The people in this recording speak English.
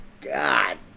god